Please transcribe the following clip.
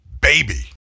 baby